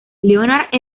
leonard